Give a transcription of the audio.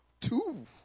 two